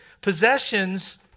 possessions